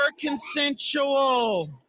consensual